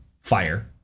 fire